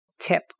tip